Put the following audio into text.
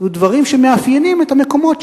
ודברים שמאפיינים את המקומות,